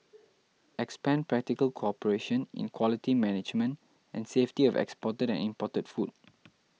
expand practical cooperation in quality management and safety of exported and imported food